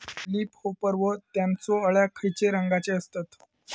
Leaf hopper व त्यानचो अळ्या खैचे रंगाचे असतत?